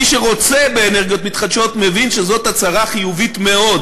מי שרוצה באנרגיות מתחדשות מבין שזאת הצהרה חיובית מאוד.